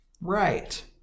right